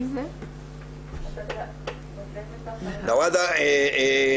תודה על ההזמנה.